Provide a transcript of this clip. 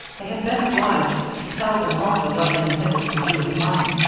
they had been obliged to tell them also what they intended to do with the money.